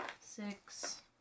six